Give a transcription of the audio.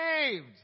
saved